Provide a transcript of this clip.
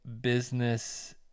business